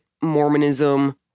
Mormonism